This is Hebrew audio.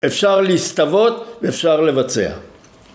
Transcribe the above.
אפשר להסתוות ואפשר לבצע